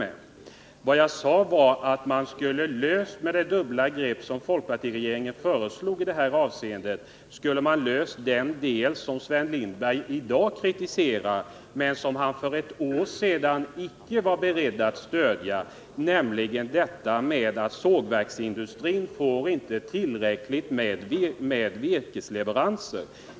Men vad jag har sagt är att man med det dubbla grepp som folkpartiregeringen föreslog i det här avseendet skulle ha kommit till rätta med den del som Sven Lindberg i dag kritiserar. Det gäller alltså problemet med att sågverksindustrin inte får tillräckligt med virkesleveranser.